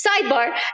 sidebar